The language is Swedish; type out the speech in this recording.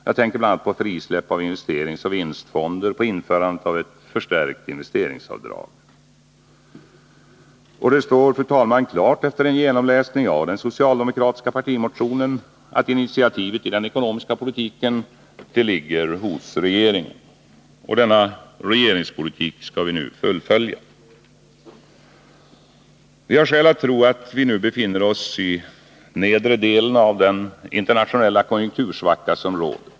Jag tänker bl.a. på frisläpp av investeringsoch vinstfonder och på införandet av ett förstärkt investeringsavdrag. Det står, herr talman, klart efter en genomläsning av den socialdemokratiska partimotionen att initiativet i den ekonomiska politiken ligger hos regeringen. Det är denna regeringspolitik vi nu skall fullfölja. Vi har skäl att tro att vi nu befinner oss i den nedre delen av den internationella konjunktursvacka som råder.